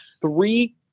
three